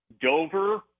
Dover